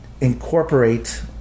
incorporate